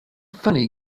funny